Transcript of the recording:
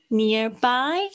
nearby